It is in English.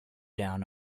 down